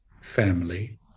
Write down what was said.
family